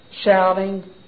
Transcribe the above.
shouting